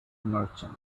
merchant